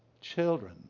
Children